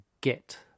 get